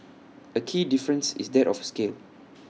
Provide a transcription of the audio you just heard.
A key difference is that of scale